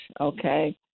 okay